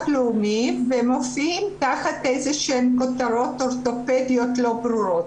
הלאומי ומופיעים תחת איזה שהן כותרות אורתופדיות לא ברורות.